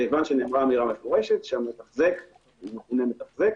כיוון שמדובר באמירה מפורשת, שהמתחזק מתחזק,